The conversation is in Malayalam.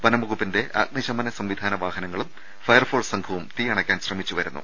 വനം വകുപ്പിന്റെ അഗ്നി ശമന സംവിധാന വാഹനങ്ങളും ഫയർഫോഴ്സ് സംഘവും തീ അണയ്ക്കാൻ ശ്രമിച്ചുവരുന്നു